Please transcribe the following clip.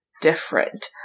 different